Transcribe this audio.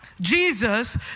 Jesus